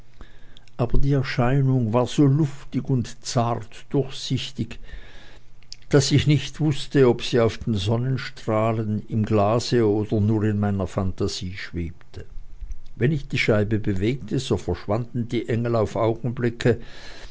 aber die erscheinung war so luftig und zart durchsichtig daß ich nicht wußte ob sie auf den sonnenstrahlen im glase oder nur in meiner phantasie schwebte wenn ich die scheibe bewegte so verschwanden die engel auf augenblicke